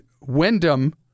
Wyndham